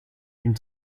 une